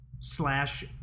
slash